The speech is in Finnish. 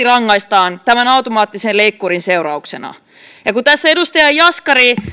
rankaistaan tämän automaattisen leikkurin seurauksena kun tässä edustaja jaskari